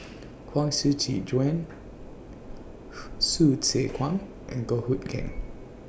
Huang Shiqi Joan Hsu Tse Kwang and Goh Hood Keng